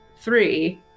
three